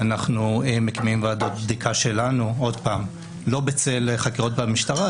אנחנו מקימים ועדות בדיקה שלנו לא בצל חקירות במשטרה,